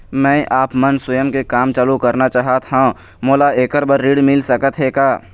मैं आपमन स्वयं के काम चालू करना चाहत हाव, मोला ऐकर बर ऋण मिल सकत हे का?